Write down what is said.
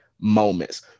moments